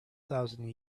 thousand